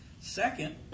Second